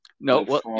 No